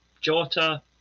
Jota